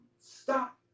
stop